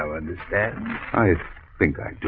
ah understand i think i do